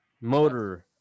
Motor